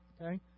okay